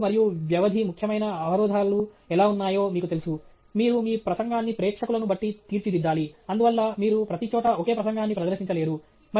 ప్రేక్షకులు మరియు వ్యవధి ముఖ్యమైన అవరోధాలు ఎలా ఉన్నాయో మీకు తెలుసు మీరు మీ ప్రసంగాన్ని ప్రేక్షకులను బట్టి తీర్చిదిద్దాలి అందువల్ల మీరు ప్రతిచోటా ఒకే ప్రసంగాన్ని ప్రదర్శించలేరు